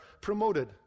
promoted